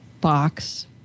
box